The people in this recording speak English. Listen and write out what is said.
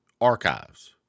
archives